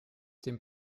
dem